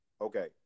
Okay